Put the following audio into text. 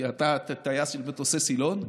כי אתה טייס של מטוסי סילון,